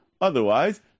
Otherwise